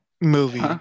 movie